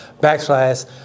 backslash